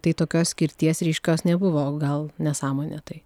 tai tokios skirties ryškios nebuvo gal nesąmonė tai